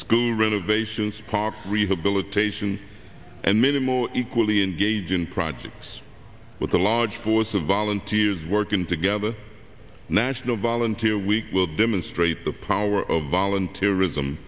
school renovations parks rehabilitation and minimal equally engage in projects with a large force of volunteers working together national volunteer week will demonstrate the power of volunteer ism